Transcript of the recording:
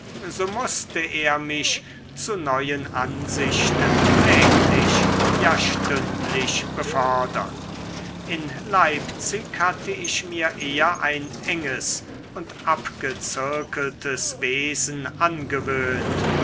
so mußte er mich zu neuen ansichten täglich ja stündlich befördern in leipzig hatte ich mir eher ein enges und abgezirkeltes wesen angewöhnt